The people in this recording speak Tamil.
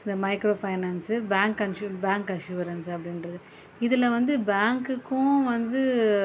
இந்த மைக்ரோ ஃபைனான்ஸ்ஸு பேங்க் அஷ் பேங்க் அஷ்யூரன்ஸ் அப்படின்றது இதில் வந்து பேங்க்குக்கும் வந்து